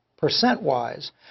percent-wise